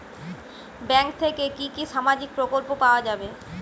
Bank থেকে কি কি সামাজিক প্রকল্প পাওয়া যাবে?